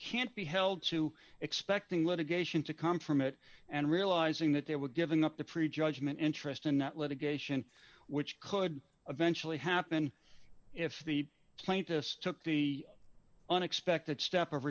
can't be held to expecting litigation to come from it and realizing that they would given up the pre judgment interest in that litigation which could eventually happen if the plaintiff took the unexpected step of